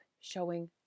showing